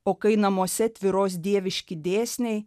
o kai namuose tvyros dieviški dėsniai